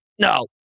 No